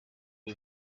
rwo